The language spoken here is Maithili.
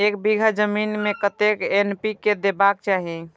एक बिघा जमीन में कतेक एन.पी.के देबाक चाही?